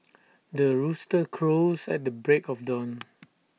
the rooster crows at the break of dawn